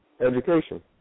education